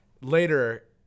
later